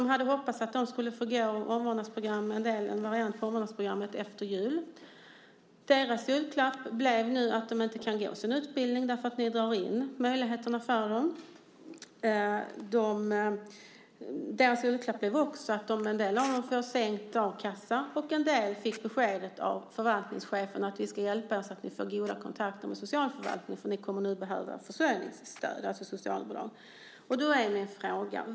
De hade hoppats att de skulle få gå omvårdnadsprogrammet, somliga en variant av omvårdnadsprogrammet, efter jul. Nu blev deras julklapp att de inte kan gå utbildningen eftersom regeringen drar in den möjligheten. Deras julklapp blev också att en del av dem får sänkt a-kassa och några fick av förvaltningschefen höra att de skulle få hjälp med kontakter med socialförvaltningen eftersom de nu kommer att behöva försörjningsstöd, alltså socialbidrag.